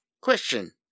Question